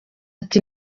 ati